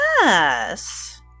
yes